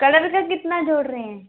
colour का कितना जोड़ रहे हैं